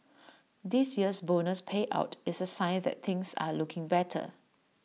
this year's bonus payout is A sign that things are looking better